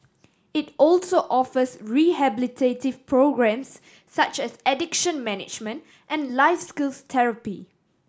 it also offers rehabilitative programmes such as addiction management and life skills therapy